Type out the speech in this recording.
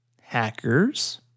Hackers